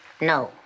No